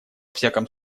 всяком